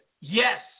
Yes